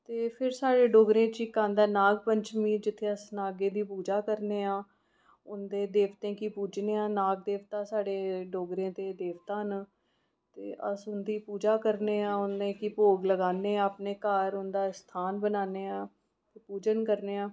ते फिर साढ़े डोगरे च इक आंदा नाग पंचमी जित्थें अस नागें दी पूजा करनेआं हुंदे देवतें गी पूजनेआं नाग देवता साढ़े डोगरे दे देवता न अस उं'दी पूजा करनेआं उ'नेंगी भोग लान्नेआं अपने घर उं'दा स्थान मनानेआं पूजन करनेआं